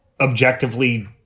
objectively